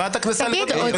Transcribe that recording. חברת הכנסת גוטליב.